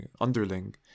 underling